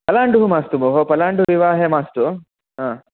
पलाण्डुः मास्तु भोः पलाण्डुः विवाहे मास्तु हा